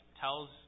tells